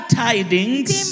tidings